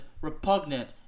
repugnant